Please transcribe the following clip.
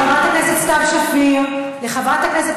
תודה לחברת הכנסת סתיו שפיר ולחברת הכנסת